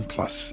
Plus